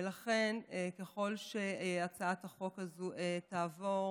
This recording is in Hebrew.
ולכן, ככל שהצעת החוק הזאת תעבור,